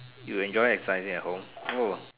you enjoy exercising at home oh